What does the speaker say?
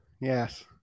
Yes